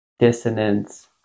dissonance